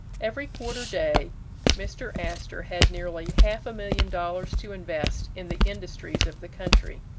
every quarter day mr. astor had nearly half a million dollars to invest in the industries of the country.